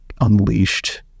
unleashed